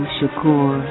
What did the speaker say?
Shakur